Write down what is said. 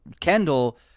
kendall